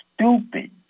stupid